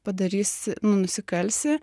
padarysi nu nusikalsi